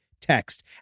text